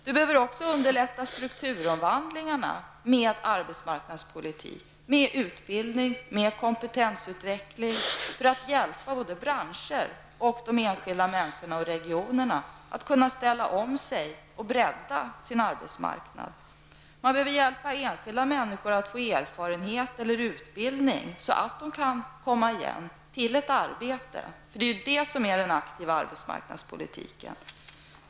Man behöver också underlätta strukturomvandlingarna med arbetsmarknadspolitik, med utbildning och med kompetensutveckling, för att hjälpa både branscher och de enskilda människorna och regionerna att ställa om sig och bredda sin arbetsmarknad. Man behöver hjälpa enskilda människor att få erfarenhet eller utbildning, så att de kan komma igen till ett arbete. Det är ju detta som är den aktiva arbetsmarknadspolitiken.